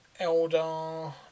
Eldar